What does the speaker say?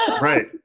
Right